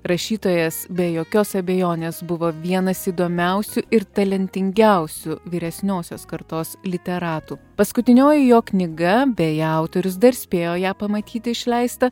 rašytojas be jokios abejonės buvo vienas įdomiausių ir talentingiausių vyresniosios kartos literatų paskutinioji jo knyga beje autorius dar spėjo ją pamatyti išleistą